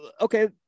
okay